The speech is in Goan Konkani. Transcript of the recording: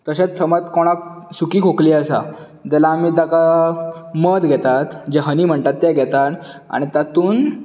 तशेंच समज कोणाक सुकी खोंकली आसा भितरल्यान जाल्यार आमी ताका मध घेतात हनी म्हणटात तें घेतात आनी तातूंत